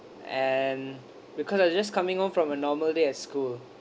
and because I was just coming home from a normal day at school